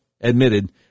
admitted